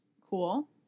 Cool